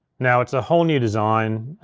now it's a whole new design,